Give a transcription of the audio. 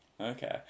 Okay